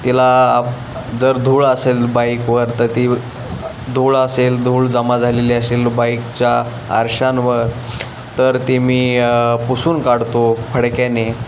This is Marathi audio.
तिला जर धूळ असेल बाईकवर तर ती धूळ असेल धूळ जमा झालेली असेल बाईकच्या आरशांवर तर ती मी पुसून काढतो फडक्याने